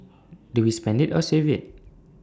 do we spend IT or save IT